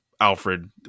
Alfred